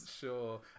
sure